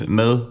med